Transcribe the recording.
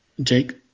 Jake